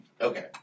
okay